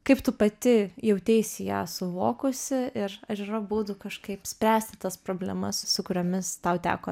kaip tu pati jauteisi ją suvokusi ir ar yra būdų kažkaip spręsti tas problemas su kuriomis tau teko